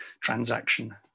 transaction